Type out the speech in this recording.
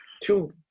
two